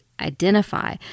identify